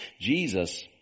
Jesus